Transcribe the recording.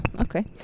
okay